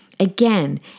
Again